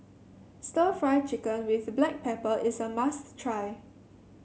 stir Fry Chicken with Black Pepper is a must try